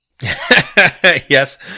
Yes